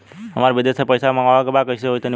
हमरा विदेश से पईसा मंगावे के बा कइसे होई तनि बताई?